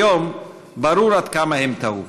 היום ברור עד כמה הם טעו.